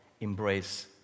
embrace